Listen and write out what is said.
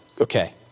Okay